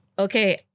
okay